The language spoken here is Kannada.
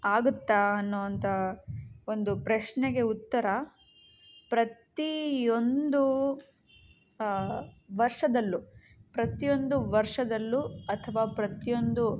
ಆಗುತ್ತಾ ಅನ್ನುವಂತ ಒಂದು ಪ್ರಶ್ನೆಗೆ ಉತ್ತರ ಪ್ರತಿ ಒಂದು ವರ್ಷದಲ್ಲು ಪ್ರತಿ ಒಂದು ವರ್ಷದಲ್ಲು ಅಥವಾ ಪ್ರತಿಯೊಂದು